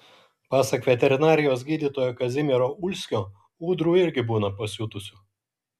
pasak veterinarijos gydytojo kazimiero ulskio ūdrų irgi būna pasiutusių